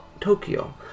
Tokyo